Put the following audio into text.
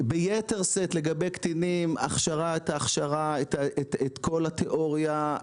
ביתר שאת לגבי קטינים את ההכשרה, את כל התיאוריה.